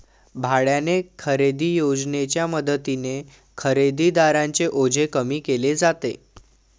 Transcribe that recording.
भाड्याने खरेदी योजनेच्या मदतीने खरेदीदारांचे ओझे कमी केले जाते